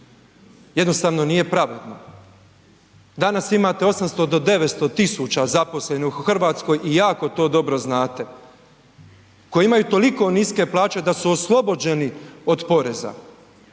jednostavno nije pravedno, danas imate 800 do 900 000 zaposlenih u RH i jako to dobro znate koji imaju toliko niske plaće da su oslobođeni od poreza,